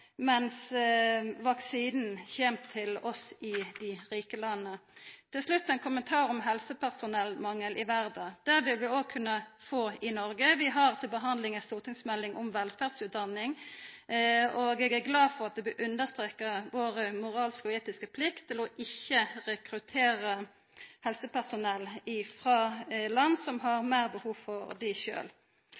kjem til oss i dei rika landa. Til slutt ein kommentar om helsepersonellmangel i verda. Det vil vi óg kunna få i Noreg. Vi har til behandling ei stortingsmelding om velferdsutdanningane, og eg er glad for at det blir understreka vår moralske og etiske plikt til ikkje å rekruttera helsepersonell frå land som har meir behov for